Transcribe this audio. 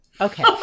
Okay